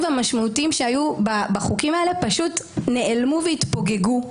והמשמעותיים שהיו בחוקים האלה פשוט נעלמו והתפוגגו.